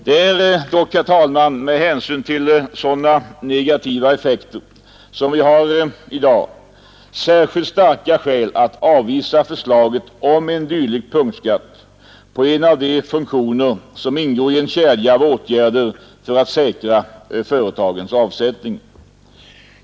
Det är dock, herr talman, med hänsyn till sådana negativa effekter som vi i dag har särskilt starka skäl att avvisa förslaget om en dylik punktskatt på en av de funktioner som ingår i en kedja av åtgärder för att säkra företagens avsättning.